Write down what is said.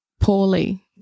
poorly